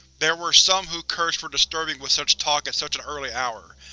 there were some who cursed for disturbing with such talk at such an early hour.